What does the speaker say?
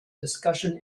discussion